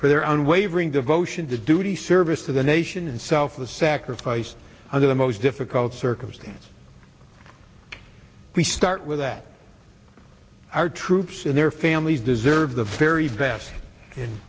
for their unwavering devotion to duty service to the nation and self the sacrifice under the most difficult circumstance we start with that our troops and their families deserve the very best